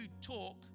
talk